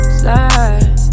slide